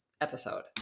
episode